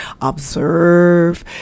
observe